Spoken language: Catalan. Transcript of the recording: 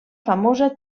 famosa